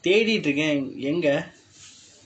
தேடிட்டு இருக்க எங்க:theeditdu irukka engka